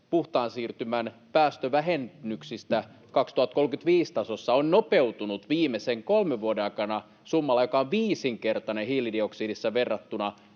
puhtaan siirtymän päästövähennyksistä vuoden 2035 tasossa on nopeutunut viimeisen kolmen vuoden aikana summalla, joka on viisinkertainen hiilidioksidissa verrattuna